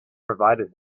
provided